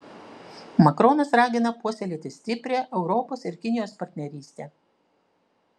makronas ragina puoselėti stiprią europos ir kinijos partnerystę